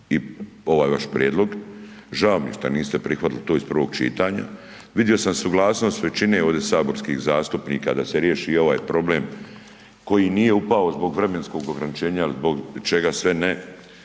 i ovaj vaš prijedlog, žao mi je šta niste prihvatili to iz prvog čitanja. Vidio sam suglasnost većine ovdje saborskih zastupnika da se riješi i ovaj problem koji nije upao zbog vremenskog ograničenja ili zbog čega sve ne